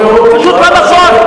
מה שאתה אומר פשוט לא נכון.